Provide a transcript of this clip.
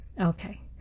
Okay